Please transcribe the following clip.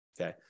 okay